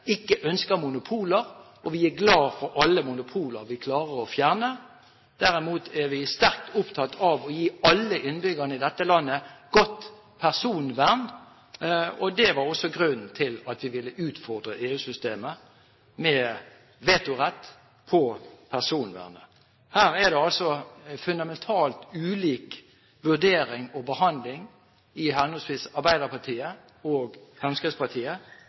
ikke ønsker monopoler. Vi er glad for alle monopoler vi klarer å fjerne. Derimot er vi sterkt opptatt av å gi alle innbyggerne i dette landet et godt personvern. Det var også grunnen til at vi ville utfordre EU-systemet med vetorett på personvernet. Her er det altså fundamentalt ulik vurdering og behandling i henholdsvis Arbeiderpartiet og Fremskrittspartiet.